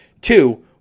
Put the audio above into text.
Two